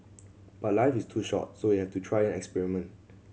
but life is too short so we have to try and experiment